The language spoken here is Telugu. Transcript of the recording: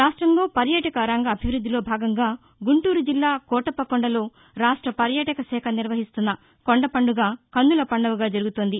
రాష్ట్రంలో పర్యాటక రంగాభివృద్ది లో భాగంగా గుంటూరుజిల్లా కోటప్పకొండలో రాష్ట పర్యాటక శాఖ నిర్వహిస్తున్న కొండ పండగ కన్నుల పండువగా జరుగుతోంది